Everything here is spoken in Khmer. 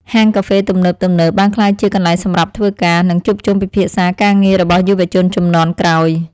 ហាងកាហ្វេទំនើបៗបានក្លាយជាកន្លែងសម្រាប់ធ្វើការ និងជួបជុំពិភាក្សាការងាររបស់យុវជនជំនាន់ក្រោយ។